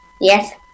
Yes